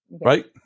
Right